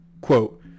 quote